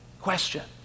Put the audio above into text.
question